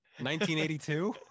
1982